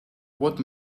what